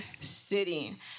sitting